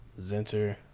zenter